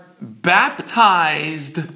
baptized